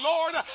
Lord